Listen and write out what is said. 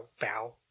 bow